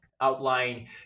outline